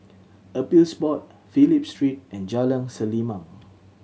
Appeals Board Phillip Street and Jalan Selimang